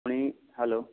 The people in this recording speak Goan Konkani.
ऑके पूण ही हॅलो